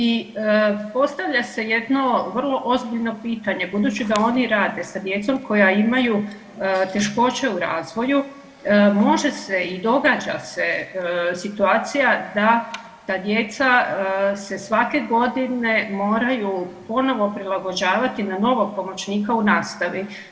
I postavlja se jedno vrlo ozbiljno pitanje, budući da oni rade sa djecom koja imaju teškoće u razvoju može se i događa se situacija da djeca se svake godine moraju ponovo prilagođavati na novog pomoćnika u nastavi.